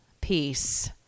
peace